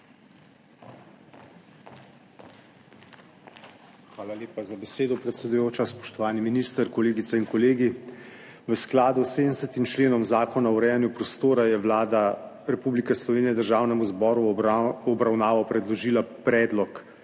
Hvala lepa za besedo, predsedujoča. Spoštovani minister, kolegice in kolegi! V skladu s 70. členom Zakona o urejanju prostora, je Vlada Republike Slovenije Državnemu zboru v obravnavo predložila Predlog